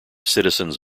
citizens